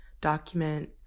document